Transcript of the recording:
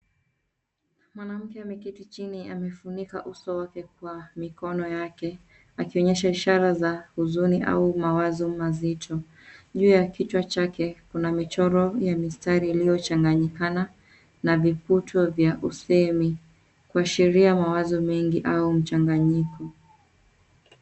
Mwanamke ameketi chini amefunika uso wake kwa mikono yake akionyesha ishara ya huzuni au mawazo mazito. Juu ya kichwa chake kuna michoro ya mistari iliyochanganyikana na viputo vya usemi kuashiria mawazo mengi au mchanganyiko.